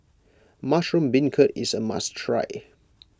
Mushroom Beancurd is a must try